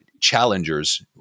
challengers